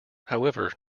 however